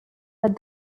but